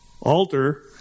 altar